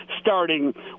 starting